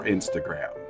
Instagram